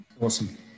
Awesome